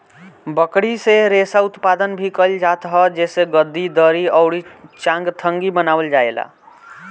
बकरी से रेशा उत्पादन भी कइल जात ह जेसे गद्दी, दरी अउरी चांगथंगी बनावल जाएला